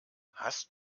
hast